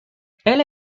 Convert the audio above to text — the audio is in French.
elle